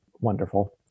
wonderful